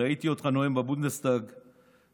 ראיתי אותך נואם בבונדסטאג בעברית.